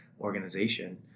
organization